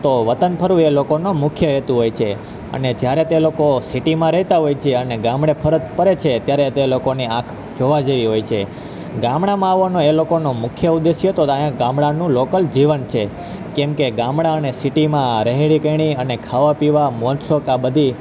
તો વતન ફરવું એ લોકોનો મુખ્ય હેતુ હોય છે અને જ્યારે તે લોકો સિટીમાં રહેતા હોય છે અને ગામડે પરત ફરે છે ત્યારે તે લોકોની આંખ જોવા જેવી હોય છે ગામડામાં આવવાનો એ લોકોનો મુખ્ય ઉદ્દેશ ક્યો તો અહીંયાં ગામડાનું લોકલ જીવન છે કેમકે ગામડા અને સિટીમાં રહેણીકહેણી અને ખાવાપીવા મોજશોખ આ બધી